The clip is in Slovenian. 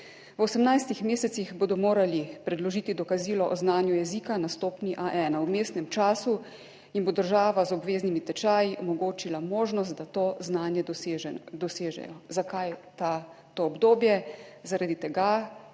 V 18. mesecih bodo morali predložiti dokazilo o znanju jezika na stopnji A1. V vmesnem času jim bo država z obveznimi tečaji omogočila možnost, da to znanje dosežejo. Zakaj to obdobje? Zaradi tega,